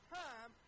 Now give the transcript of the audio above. time